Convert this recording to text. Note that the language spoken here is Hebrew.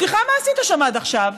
סליחה, מה עשית שם עד עכשיו?